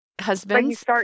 husbands